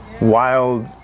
wild